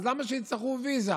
אז למה שיצטרכו ויזה?